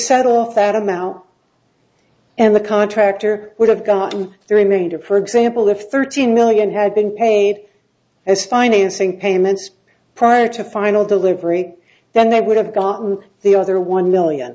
set off that amount and the contractor would have gotten the remainder for example if thirteen million had been paid as financing payments prior to final delivery then they would have gotten the other one million